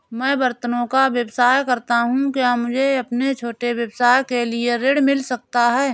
मैं बर्तनों का व्यवसाय करता हूँ क्या मुझे अपने छोटे व्यवसाय के लिए ऋण मिल सकता है?